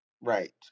right